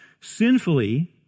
Sinfully